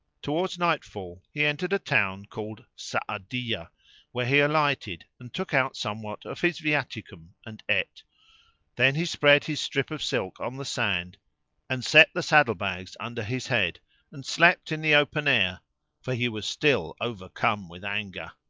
towards night-fall he entered a town called sa'adiyah where he alighted and took out somewhat of his viaticum and ate then he spread his strip of silk on the sand and set the saddle-bags under his head and slept in the open air for he was still overcome with anger.